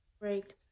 Great